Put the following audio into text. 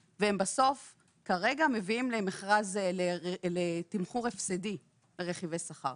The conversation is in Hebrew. וכרגע הם מביאים למכרז ותמחור הפסדי ברכיבי שכר.